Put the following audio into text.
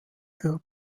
für